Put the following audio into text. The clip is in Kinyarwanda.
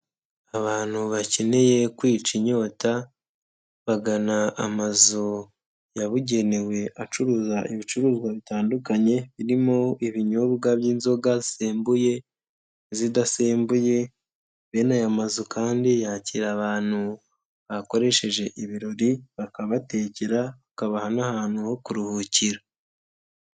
aAbantu bakeneye kwica inyota, bagana amazu yabugenewe acuruza ibicuruzwa bitandukanye, birimo ibinyobwa by'inzoga zisembuye, n'izidasembuye, bene aya mazu kandi yakira abantu bakoresheje ibirori bakabatekera, bakabaha n'ahantu ho kuruhukira.